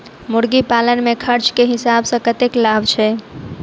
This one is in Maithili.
मुर्गी पालन मे खर्च केँ हिसाब सऽ कतेक लाभ छैय?